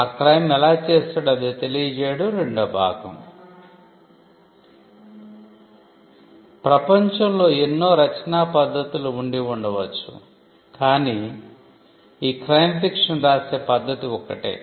ఆ క్రైమ్ ఎలా చేసాడో అది తెలియచేయడం రెండో భాగం ప్రపంచంలో ఎన్నో రచనా పద్ధతులు వుంది ఉండవచ్చు కాని ఈ క్రైమ్ ఫిక్షన్ రాసే పద్ధతి ఒక్కటే